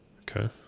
okay